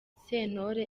sentore